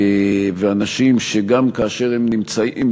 ואנשים שגם כאשר הם נמצאים,